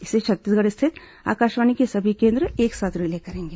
इसे छत्तीसगढ़ स्थित आकाशवाणी को सभी केन्द्र एक साथ रिले करेंगे